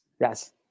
yes